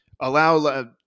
allow